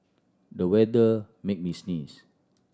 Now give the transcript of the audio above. the weather made me sneeze